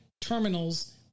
terminals